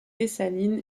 dessalines